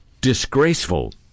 disgraceful